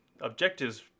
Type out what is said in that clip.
objectives